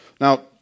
Now